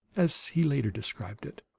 as he later described it.